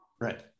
right